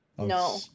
No